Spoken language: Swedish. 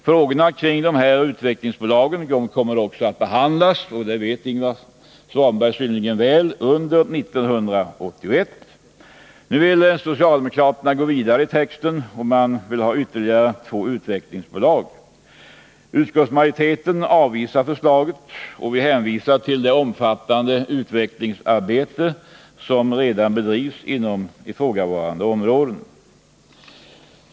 Frågorna kring dessa utvecklingsbolag kommer att behandlas under år 1981 — det vet Ingvar Svanberg synnerligen väl. Socialdemokraterna vill nu gå vidare i texten och etablera ytterligare två utvecklingsbolag. Utskottsmajoriteten avvisar förslaget, och vi hänvisar till det omfattande utvecklingsarbete som redan bedrivs inom ifrågavarande områden.